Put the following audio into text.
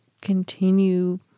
continue